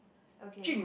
okay